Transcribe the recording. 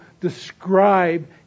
describe